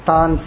Tan